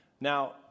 Now